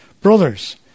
Brothers